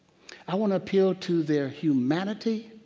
i want to appeal to their humanity,